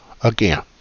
again